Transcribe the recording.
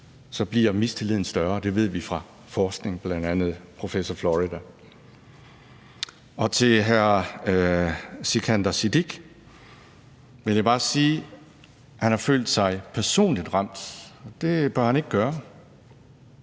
så bliver mistilliden større. Det ved vi fra forskningen, bl.a. fra professor Florida. Til hr. Sikandar Siddique vil jeg bare sige, at han har følt sig personligt ramt. Det bør han ikke gøre.